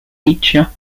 feature